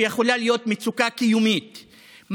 שיכולה להיות מצוקה קיומית,